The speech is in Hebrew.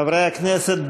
חברי הכנסת,